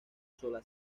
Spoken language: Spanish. sola